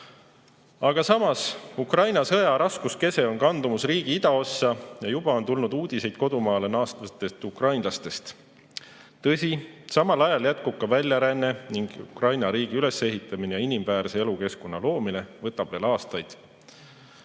Aga samas, Ukraina sõja raskuskese on kandumus riigi idaossa ja juba on tulnud uudiseid kodumaale naasvatest ukrainlastest. Tõsi, samal ajal jätkub ka väljaränne ning Ukraina riigi ülesehitamine ja inimväärse elukeskkonna loomine võtab veel aastaid. Aga